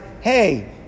hey